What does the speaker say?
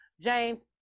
James